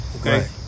okay